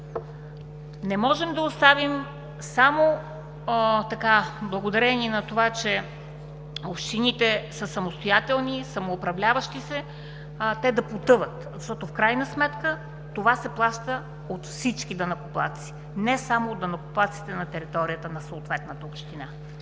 не можем да оставим само благодарение на това, че общините са самостоятелни, самоуправляващи се, те да потъват, защото в крайна сметка, това се плаща от всички данъкоплатци, не само от данъкоплатците на територията на съответната община.